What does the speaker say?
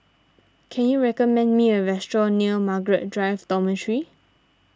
can you recommend me a restaurant near Margaret Drive Dormitory